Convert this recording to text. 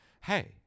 Hey